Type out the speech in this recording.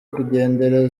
gukendera